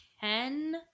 Ten